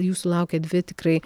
jūsų laukia dvi tikrai